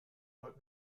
wollt